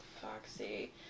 foxy